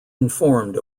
informed